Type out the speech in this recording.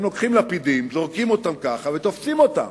הם לוקחים לפידים, זורקים אותם ככה ותופסים אותם.